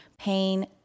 pain